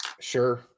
Sure